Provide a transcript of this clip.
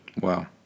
Wow